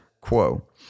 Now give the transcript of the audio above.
quo